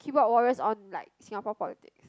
keyboard warriors on like Singapore politics